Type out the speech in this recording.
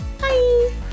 bye